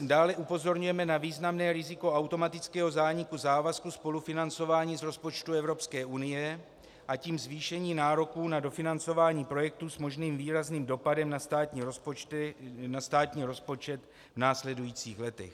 Dále upozorňujeme na významné riziko automatického zániku závazku spolufinancování z rozpočtu Evropské unie, a tím zvýšení nároků na dofinancování projektu s možným výrazným dopadem na státní rozpočet v následujících letech.